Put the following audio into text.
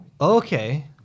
Okay